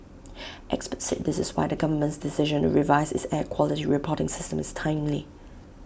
experts said this is why the government's decision to revise its air quality reporting system is timely